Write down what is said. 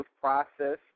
process